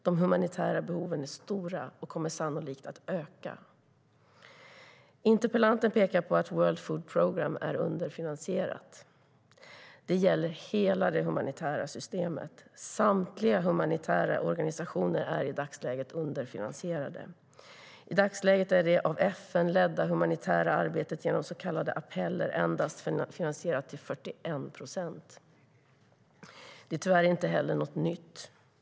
De humanitära behoven är stora och kommer sannolikt att öka. Interpellanten pekar på att World Food Programme är underfinansierat. Det gäller hela det humanitära systemet. Samtliga humanitära organisationer är i dagsläget underfinansierade. I dagsläget är det av FN ledda humanitära arbetet genom så kallade appeller endast finansierat till 41 procent. Det är tyvärr inte heller något nytt.